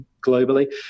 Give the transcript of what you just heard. globally